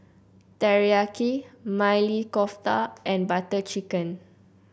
Teriyaki Maili Kofta and Butter Chicken